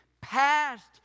past